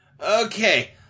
Okay